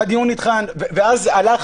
ואז הלך